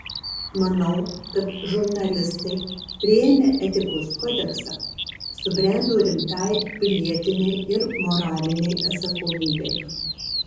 manau kad žurnalistai priėmę etikos kodeksą subrendo rimtai pilietinei ir moralinei atsakomybei